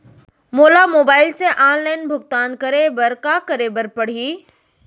मोला मोबाइल से ऑनलाइन भुगतान करे बर का करे बर पड़ही?